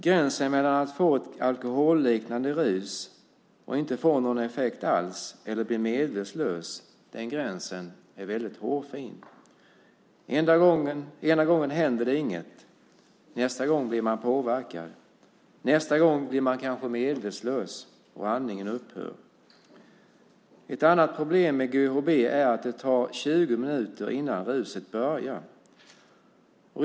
Gränsen mellan att få ett alkoholliknande rus, att inte få någon effekt alls eller att bli medvetslös är hårfin. Ena gången händer det ingenting, nästa gång blir man påverkad och gången därefter blir man kanske medvetslös och andningen upphör. Ett annat problem med GHB är att det tar 20 minuter innan ruset börjar märkas.